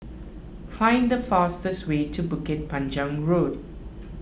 find the fastest way to Bukit Panjang Road